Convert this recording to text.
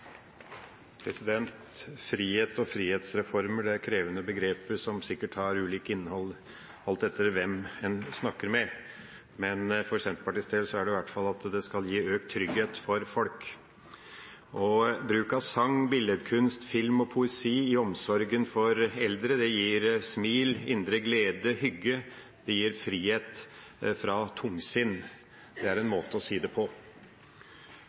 krevende begreper som sikkert har ulikt innhold alt etter hvem en snakker med, men for Senterpartiets del er det i hvert fall slik at det skal gi økt trygghet for folk. Bruk av sang, billedkunst, film og poesi i omsorgen for eldre gir smil, indre glede, hygge, og det gir frihet fra tungsinn. Det er en måte å si det på.